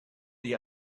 the